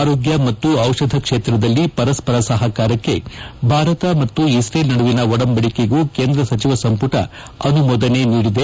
ಆರೋಗ್ಯ ಮತ್ತು ಔಷಧ ಕ್ಷೇತ್ರದಲ್ಲಿ ಪರಸ್ಪರ ಸಹಕಾರಕ್ಕೆ ಭಾರತ ಮತ್ತು ಇಸ್ರೇಲ್ ನಡುವಿನ ಒಡಂಬಡಿಕೆಗೂ ಕೇಂದ್ರ ಸಚಿವ ಸಂಪುಟ ಅನುಮೋದನೆ ನೀಡಿದೆ